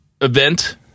event